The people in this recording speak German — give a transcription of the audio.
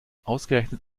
ausgerechnet